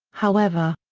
however.